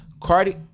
cardi